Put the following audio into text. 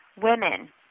women